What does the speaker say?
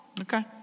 Okay